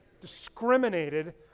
discriminated